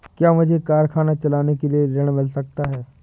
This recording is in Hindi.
क्या मुझे कारखाना चलाने के लिए ऋण मिल सकता है?